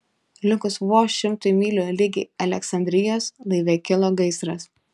likus vos šimtui mylių ligi aleksandrijos laive kilo gaisras